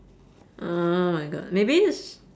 oh my god maybe it's